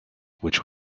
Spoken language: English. which